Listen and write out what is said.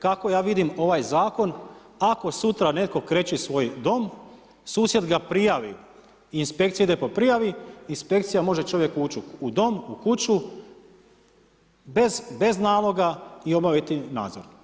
Kako ja vidim ovaj zakon, ako sutra netko kreći svoj dom, susjed ga prijavi, inspekcija ide po prijavi, inspekcija može čovjeku ući u dom, u kuću bez naloga, i obaviti nadzor.